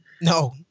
No